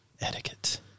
Etiquette